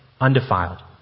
undefiled